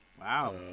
Wow